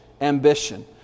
ambition